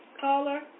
Caller